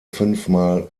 fünfmal